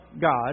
God